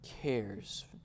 cares